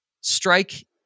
strike